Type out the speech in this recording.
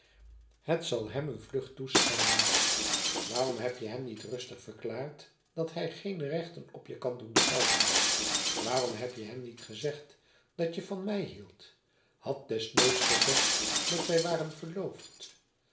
het zal hem een vlucht toeschijnen waarom heb je hem niet rustig verklaard dat hij geen rechten op je kan doen gelden waarom heb je hem niet gezegd dat je van mij hieldt had desnoods gezegd dat wij waren verloofd